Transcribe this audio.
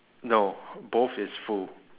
no both is full